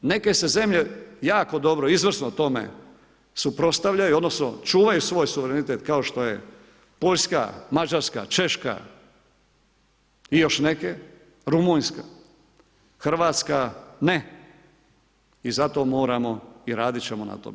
Neke se zemlje jako dobro, izvrsno tome suprotstavljaju, odnosno čuvaju svoj suverenitet kao što je Poljska, Mađarska, Češka i još neke, Rumunjska, Hrvatske ne i zato moramo i radit ćemo na tome.